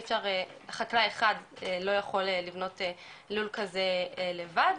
חקלאי אחד לא יכול לבנות לול כזה לבד.